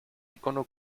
ícono